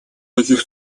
таких